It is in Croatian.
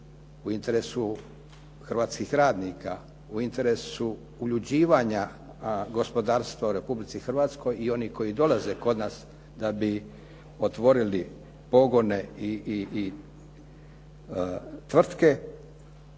u interesu hrvatskih radnika, u interesu uljuđivanja gospodarstva u Republici Hrvatskoj i onih koji dolaze kod nas da bi otvorili pogone i tvrtke,